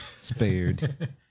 spared